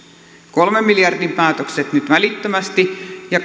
kolmen miljardin päätökset nyt välittömästi ja